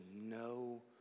no